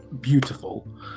beautiful